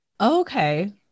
Okay